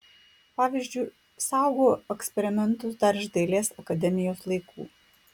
pavyzdžiui saugau eksperimentus dar iš dailės akademijos laikų